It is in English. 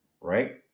right